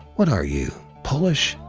what are you, polish?